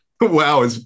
Wow